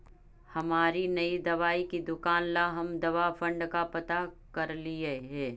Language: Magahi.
हमारी नई दवाई की दुकान ला हम दवा फण्ड का पता करलियई हे